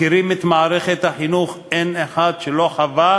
מכירים את מערכת החינוך, אין אחד שלא חווה